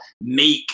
make